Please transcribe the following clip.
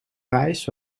reis